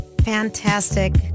fantastic